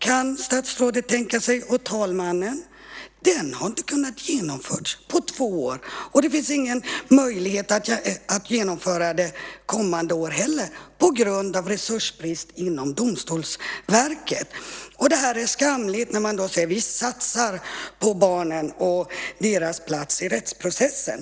Men, statsrådet och talmannen, den har inte kunnat genomföras på två år, och det finns ingen möjlighet att genomföra den kommande år heller på grund av resursbrist inom Domstolsverket. Det här är skamligt när man säger att man satsar på barnen och deras plats i rättsprocessen.